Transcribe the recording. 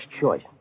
choice